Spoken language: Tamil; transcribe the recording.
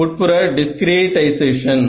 உட்புற டிஸ்கிரீடைசேஷன்